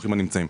ברוכים הנמצאים.